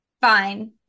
fine